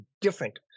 different